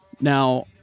Now